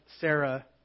Sarah